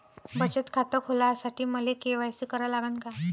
बचत खात खोलासाठी मले के.वाय.सी करा लागन का?